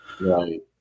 Right